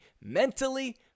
Mentally